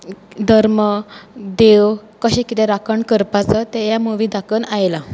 धर्म देव कशें कितें राखण करपाचो तें हे मुवी दाखोवन आयलां